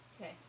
Okay